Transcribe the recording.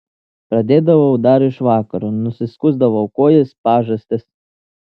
pradėdavau dar iš vakaro nusiskusdavau kojas pažastis